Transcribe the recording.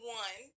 one